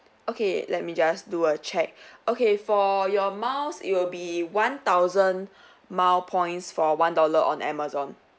okay let me just do a check okay for your miles it will be one thousand mile points for one dollar on amazon